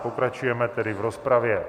Pokračujeme tedy v rozpravě.